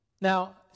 Now